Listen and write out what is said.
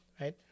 right